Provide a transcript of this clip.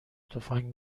تفنگ